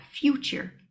future